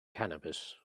cannabis